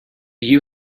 you